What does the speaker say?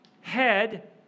head